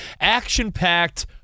action-packed